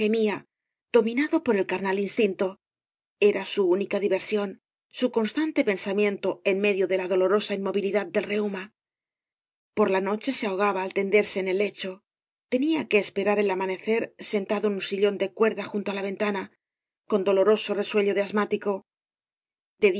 dominado por el carnal instinto era bu única diversión bu constante pensamiento en medio de la dolorosa inmovilidad del reuma por la noche se ahogaba al tenderse en el lecho tenia que esperar el amanecer sentado en un ilion de cuerda junto á la ventana con doloroso resuello de asmático